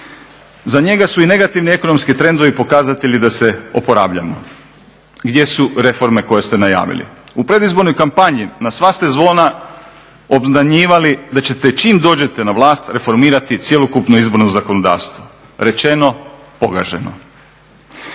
Za njega su i negativni ekonomski trendovi pokazatelji da se oporavljamo. Gdje su reforme koje ste najavili? U predizbornoj kampanji na sva ste zvona obznanjivali da ćete čim dođete na vlast reformirati cjelokupno izborno zakonodavstvo. Rečeno-pogaženo.